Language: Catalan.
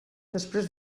després